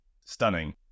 stunning